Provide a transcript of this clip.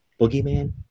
boogeyman